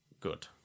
good